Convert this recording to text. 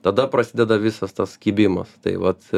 tada prasideda visas tas kibimas tai vat